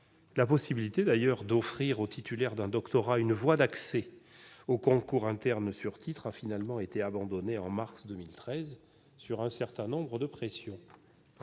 La possibilité d'offrir aux titulaires d'un doctorat une voie d'accès au concours interne sur titre a finalement été abandonnée en mars 2013 sous l'effet d'un certain nombre de pressions.